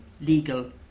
legal